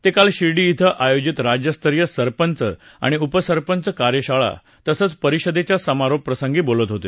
ते काल शिर्डी इथं आयोजित राज्यस्तरीय सरपंच आणि उपसरपंच कार्यशाळा तसंच परिषदेच्या समारोपप्रसंगी बोलत होते